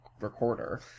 recorder